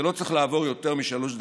לא צריכות לעבור יותר משלוש דקות.